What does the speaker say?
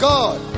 God